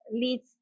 leads